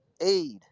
aid